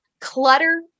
Clutter